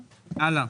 הלאה.